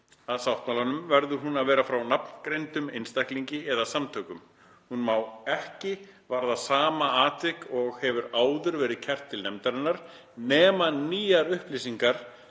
að sáttmálanum verður hún að vera frá nafngreindum einstaklingi eða samtökum, hún má ekki varða sama atvik og hefur áður verið kært til nefndarinnar nema nýjar upplýsingar